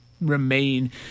remain